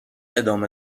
ادامه